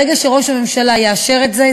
ברגע שראש הממשלה יאשר את זה,